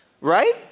right